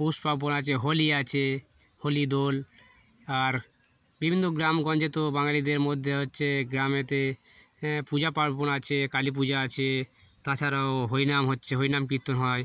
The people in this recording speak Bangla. পৌষ পার্বণ আছে হোলি আছে হোলি দোল আর বিভিন্ন গ্রামগঞ্জে তো বাঙালিদের মধ্যে হচ্ছে গ্রামেতে পূজা পার্বণ আছে কালী পূজা আছে তাছাড়াও হরনাম হচ্ছে হরিনাম কীর্তন হয়